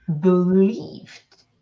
believed